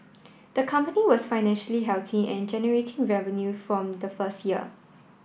the company was financially healthy and generating revenue from the first year